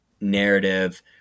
narrative